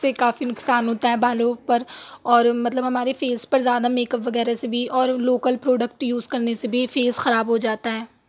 سے کافی نقصان ہوتا ہے بالوں پر اور مطلب ہمارے فیس پر زیادہ میکپ وغیرہ سے بھی اور لوکل پروڈکٹ یوز کرنے سے بھی فیس خراب ہو جاتا ہے